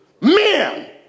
Men